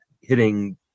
hitting